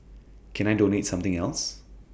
can I donate something else